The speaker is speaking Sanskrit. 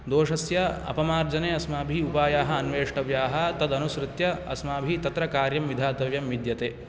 दोषस्य अपमार्जने अस्माभिः उपायाः अन्वेष्टव्याः तदनुसृत्य अस्माभिः तत्र कार्यं विधातव्यं विद्यते